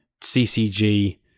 CCG